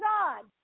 God